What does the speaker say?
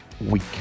week